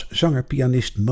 zanger-pianist